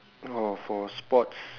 oh for sports